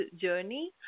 journey